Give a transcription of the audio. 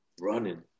Running